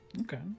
Okay